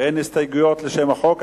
אין הסתייגויות לשם החוק,